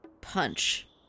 Punch